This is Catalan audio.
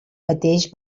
mateix